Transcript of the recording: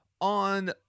on